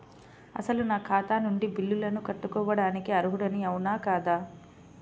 అసలు నా ఖాతా నుండి బిల్లులను కట్టుకోవటానికి అర్హుడని అవునా కాదా?